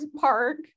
Park